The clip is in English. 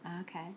okay